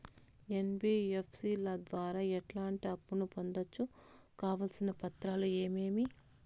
NBFC ల ద్వారా ఎట్లాంటి అప్పులు పొందొచ్చు? కావాల్సిన పత్రాలు ఏమేమి?